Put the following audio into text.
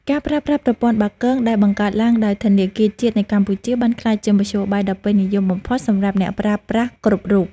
ការប្រើប្រាស់ប្រព័ន្ធបាគងដែលបង្កើតឡើងដោយធនាគារជាតិនៃកម្ពុជាបានក្លាយជាមធ្យោបាយដ៏ពេញនិយមបំផុតសម្រាប់អ្នកប្រើប្រាស់គ្រប់រូប។